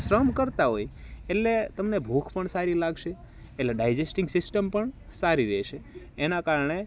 શ્રમ કરતાં હોય એટલે તમને ભૂખ પણ સારી લાગશે એટલે ડાઈજેસ્ટિંગ સિસ્ટમ પણ સારી રેશે એના કારણે